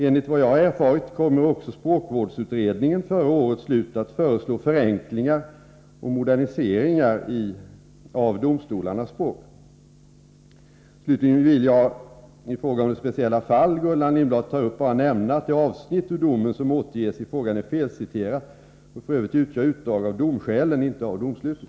Enligt vad jag har erfarit kommer också språkvårdsutredningen före årets slut att föreslå förenklingar och moderniseringar av domstolarnas språk. Slutligen vill jag i fråga om det speciella fall Gullan Lindblad tar upp bara nämna att det avsnitt ur domen som återges i frågan är felciterat och f. ö. utgör utdrag av domskälen, inte av domslutet.